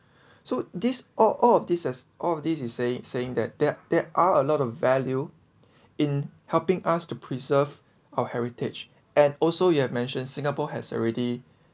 so this all all of this as all of this is a say~ saying that there there are a lot of value in helping us to preserve our heritage and also you have mentioned singapore has already